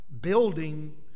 building